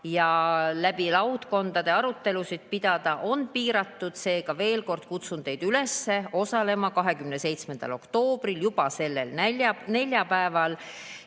ja laudkondades arutelusid pidada, on piiratud. Seega, veel kord kutsun teid üles seal osalema 27. oktoobril, juba sellel neljapäeval,